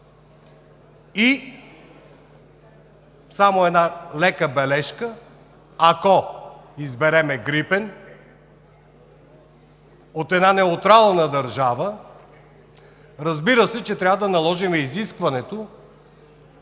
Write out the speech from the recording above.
Само една лека бележка: ако изберем „Грипен“ от една неутрална държава, разбира се, трябва да наложим изискването